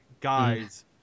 guys